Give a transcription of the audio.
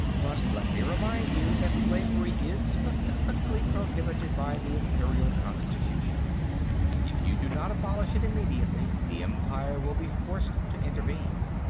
but let me remind you that slavery is specifically prohibited by the imperial constitution if you do not abolish it immediately, the empire will be forced to intervene.